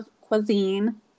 cuisine